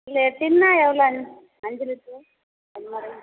இல்லை டின்னா எவ்வளோ அஞ் அஞ்சு லிட்ரு அந்த மாதிரி